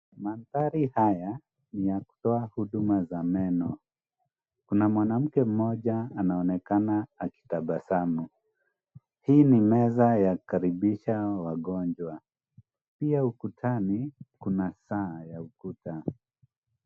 Mandhari haya ni ya kutoa huduma za meno kuna mwanamke mmoja anaonekana akitabasamu, hii ni meza ya kukaribisha wagonjwa pia ukutani kuna saa ya ukuta.